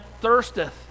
thirsteth